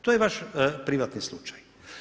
To je vaš privatni slučaj.